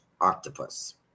octopus